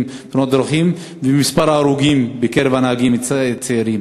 בתאונות דרכים ואת מספר ההרוגים בקרב הנהגים הצעירים.